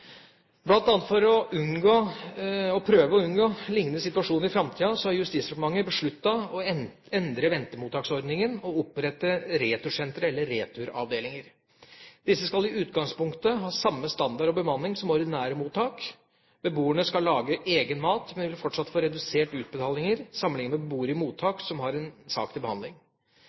for å prøve å unngå lignende situasjoner i framtida har Justisdepartementet besluttet å endre ventemottaksordningen og opprette retursentre eller returavdelinger. Disse skal i utgangspunktet ha samme standard og bemanning som ordinære mottak. Beboerne skal lage egen mat, men vil fortsatt få reduserte utbetalinger sammenlignet med beboere i mottak som har en sak til behandling.